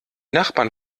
nachbarn